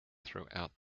throughout